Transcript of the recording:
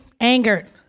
angered